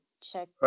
Check